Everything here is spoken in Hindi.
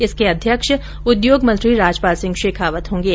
इसके अध्यक्ष उद्योग मंत्री राजपाल सिंह शेखावत होंगे